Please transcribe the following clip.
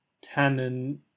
Tannin